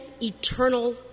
eternal